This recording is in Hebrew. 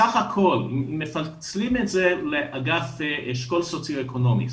סך הכל מפצלים את זה לאשכול סוציו אקונומי.